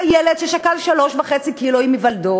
והילד, ששקל 3.5 קילו עם היוולדו,